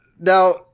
Now